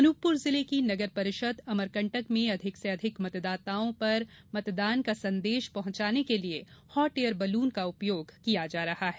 अनूपपुर जिले की नगर परिषद अमरकंटक में अधिक से अधिक मतदाताओं पर मतदान का संदेश पहुंचाने के लिये हॉट एयर बैलून का उपयोग किया जा रहा है